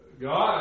God